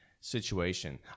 situation